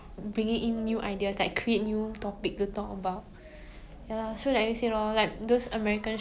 ya like 他们每天工作后会喝那个 soju